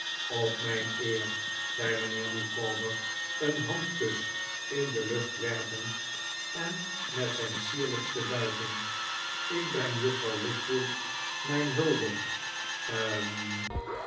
op mijn eer zei mijnheer micawber een handkus in de lucht werpend en met zijn sierlijkste buiging ik breng juffrouw wickfield mijn hulde hm